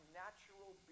natural